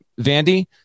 Vandy